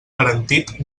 garantit